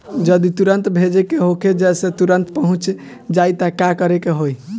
जदि तुरन्त भेजे के होखे जैसे तुरंत पहुँच जाए त का करे के होई?